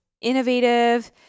innovative